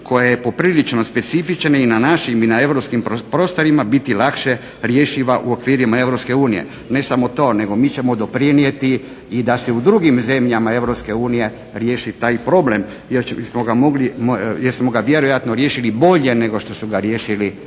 koja je poprilično specifična i na našim i na europskim prostorima biti lakše rješiva u okvirima EU. Ne samo to nego mi ćemo doprinijeti i da se u drugim zemljama EU riješi taj problem jer smo ga vjerojatno riješili bolje nego što su ga riješile neke